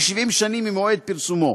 ל-70 שנים ממועד פרסומו.